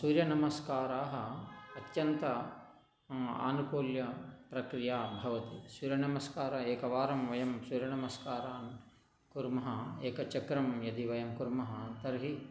सूर्यनमस्काराः अत्यन्त आनुकूल्यप्रक्रिया भवति सूर्यनमस्कारः एकवारं वयं सूर्यनमस्कारान् कुर्मः एकचक्रं यदि वयं कुर्मः तर्हि